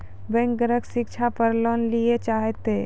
Bank ग्राहक शिक्षा पार लोन लियेल चाहे ते?